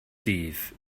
dydd